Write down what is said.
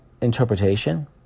interpretation